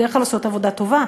שבדרך כלל עושות עבודה טובה.